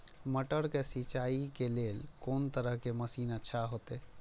मटर के सिंचाई के लेल कोन तरह के मशीन अच्छा होते?